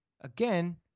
again